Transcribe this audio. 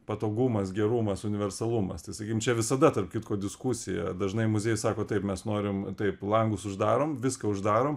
patogumas gerumas universalumas tai sakykim čia visada tarp kitko diskusija dažnai muziejai sako taip mes norim taip langus uždarom viską uždarom